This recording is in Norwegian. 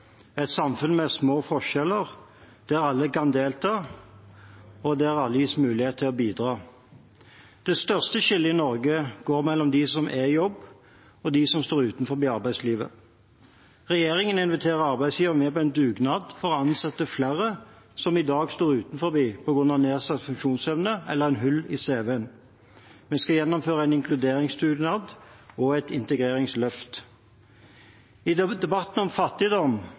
et samfunn med små forskjeller, der alle kan delta, og der alle gis muligheten til å bidra. Det største skillet i Norge går mellom dem som er i jobb, og dem som står utenfor arbeidslivet. Regjeringen inviterer arbeidsgiverne med på en dugnad for å ansette flere som i dag står utenfor på grunn av nedsatt funksjonsevne eller hull i cv-en. Vi skal gjennomføre en inkluderingsdugnad og et integreringsløft. I debatten om fattigdom